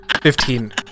Fifteen